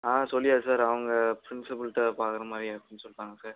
ஆ சொல்லியாச்சு சார் அவங்க பிரின்சிபல்ட்ட பார்க்கற மாதிரியா இருக்கும்னு சொல்லிட்டாங்க சார்